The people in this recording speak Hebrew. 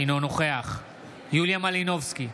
אינו נוכח יוליה מלינובסקי,